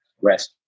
rest